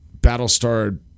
Battlestar